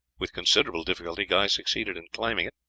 with considerable difficulty guy succeeded in climbing it,